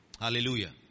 Hallelujah